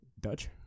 Dutch